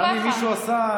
גם אם מישהו עשה,